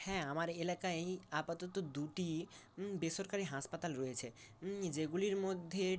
হ্যাঁ আমার এলাকায়ই আপাতত দুটি বেসরকারি হাসপাতাল রয়েছে যেগুলির মধ্যে